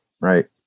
Right